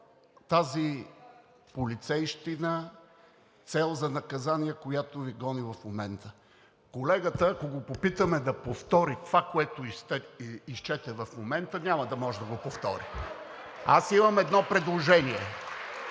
тази полицейщина, цел за наказание, която ни гони в момента? Колегата, ако го попитаме да повтори това, което изчете в момента, няма да може да го повтори. (Ръкопляскания